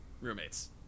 Roommates